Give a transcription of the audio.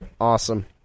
Awesome